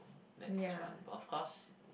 that's one but of course